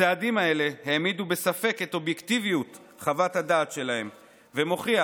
הצעדים האלה העמידו בספק את חוות הדעת שלהם והוכיחו